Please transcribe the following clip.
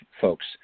folks